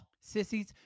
Sissies